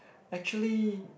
actually